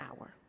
hour